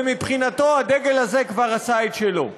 ומבחינתנו הדגל הזה כבר עשה את שלו.